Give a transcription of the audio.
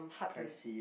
pricy uh